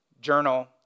journal